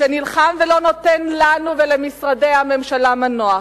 שנלחם ולא נותן לנו ולמשרדי הממשלה מנוח,